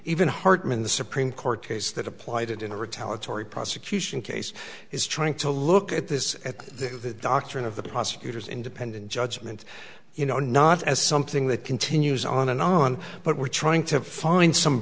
even hartmann the supreme court case that applied in a retaliatory prosecution case is trying to look at this at the doctrine of the prosecutor's independent judgment you know not as something that continues on and on but we're trying to find some